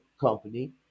company